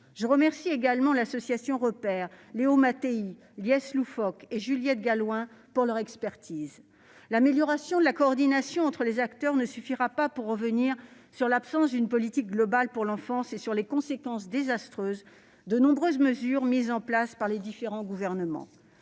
Je remercie également l'association Repairs!, Léo Mathey, Lyes Louffok et Juliette Gallouin, de leur expertise. L'amélioration de la coordination entre les acteurs ne suffira pas pour remédier à l'absence de politique globale en faveur de l'enfance et aux conséquences désastreuses de nombreuses mesures mises en oeuvre par différents gouvernements.